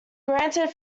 granted